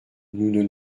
nous